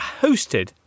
hosted